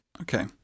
Okay